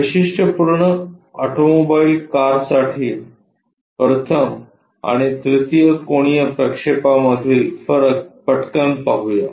वैशिष्ट्यपूर्ण ऑटोमोबाईल कारसाठी प्रथम आणि तृतीय कोनीय प्रक्षेपामधील फरक पटकन पाहूया